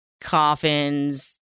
coffins